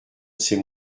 c’est